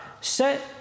set